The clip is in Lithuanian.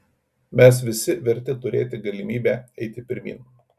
mes visi verti turėti galimybę eiti pirmyn